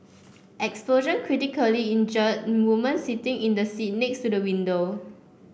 explosion critically injured woman sitting in the seat next to the window